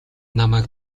намайг